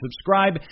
subscribe